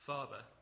Father